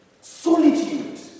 solitude